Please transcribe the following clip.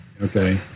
Okay